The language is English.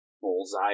Bullseye